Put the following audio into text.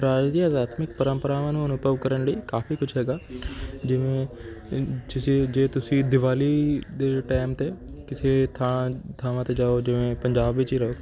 ਰਾਜ ਦੀਆਂ ਅਧਿਆਤਮਿਕ ਪ੍ਰੰਪਰਾਵਾਂ ਨੂੰ ਅਨੁਭਵ ਕਰਨ ਲਈ ਕਾਫ਼ੀ ਕੁਛ ਹੈਗਾ ਜਿਵੇਂ ਤੁਸੀਂ ਜੇ ਤੁਸੀਂ ਦੀਵਾਲੀ ਦੇ ਟੈਮ 'ਤੇ ਕਿਸੇ ਥਾਂ ਥਾਵਾਂ 'ਤੇ ਜਾਓ ਜਿਵੇਂ ਪੰਜਾਬ ਵਿੱਚ ਹੀ ਰਹੋ